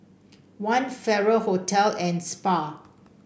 One Farrer Hotel and Spa